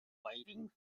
waiting